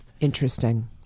Interesting